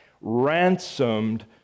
ransomed